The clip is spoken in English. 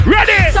Ready